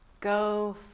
Go